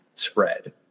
spread